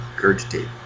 gurgitate